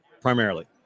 primarily